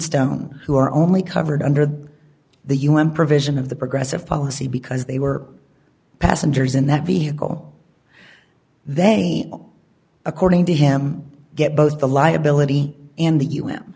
stone who are only covered under the u n provision of the progressive policy because they were passengers in that vehicle they according to him get both the liability in the u